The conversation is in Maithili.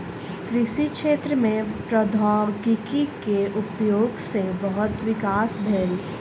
कृषि क्षेत्र में प्रौद्योगिकी के उपयोग सॅ बहुत विकास भेल